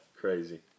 crazy